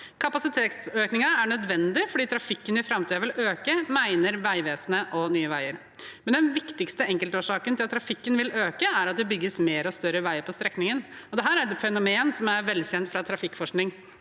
Kapasitetsøkningen er nødvendig fordi trafikken i framtiden vil øke, mener Vegvesenet og Nye veier. Den viktigste enkeltårsaken til at trafikken vil øke, er likevel at det bygges mer og større vei på strekningen. Dette er et fenomen som er velkjent fra trafikkforskning: